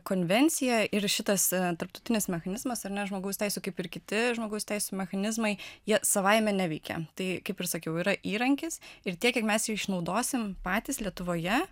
konvencija ir šitas tarptautinis mechanizmas ar ne žmogaus teisių kaip ir kiti žmogaus teisių mechanizmai jie savaime neveikia tai kaip ir sakiau yra įrankis ir tiek kiek mes jo išnaudosim patys lietuvoje